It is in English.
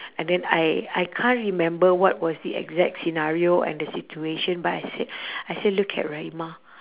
and then I I can't remember what was the exact scenario and the situation but I said I said look at rahimah